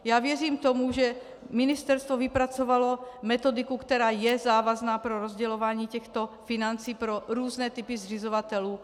Já věřím tomu, že ministerstvo vypracovalo metodiku, která je závazná pro rozdělování těchto financí pro různé typy zřizovatelů.